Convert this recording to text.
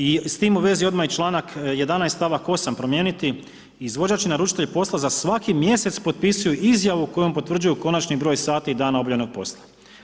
I s tim u vezi odmah i članak 11. stavak 8. promijeniti: „Izvođač i naručitelj posla za svaki mjesec potpisuju izjavu kojom potvrđuju konačni broj sati i dana obavljenog posla“